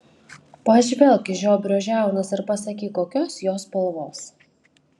pažvelk į žiobrio žiaunas ir pasakyk kokios jos spalvos